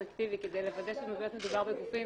אקטיבי כדי לוודא שבאמת מדובר בגופים